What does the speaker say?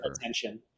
attention